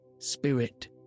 Spirit